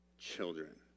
Children